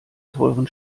teuren